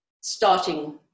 starting